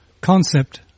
concept